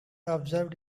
observed